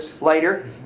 later